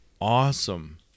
awesome